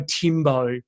Timbo